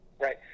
right